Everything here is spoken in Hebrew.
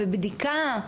בבדיקה?